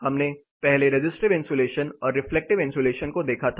हमने पहले resistive insulation और रिफ्लेक्टिव इन्सुलेशन को देखा था